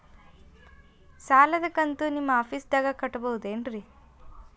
ಸಾಲದ ಕಂತು ನಿಮ್ಮ ಆಫೇಸ್ದಾಗ ಕಟ್ಟಬಹುದೇನ್ರಿ?